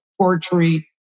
poetry